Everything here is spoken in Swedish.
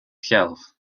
själv